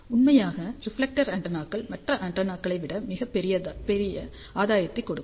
உண்மையாக ரிஃப்லெக்டர் ஆண்டெனாக்கள் மற்ற ஆண்டெனாக்களை விட மிகப் பெரிய ஆதாயத்தைக் கொடுக்கும்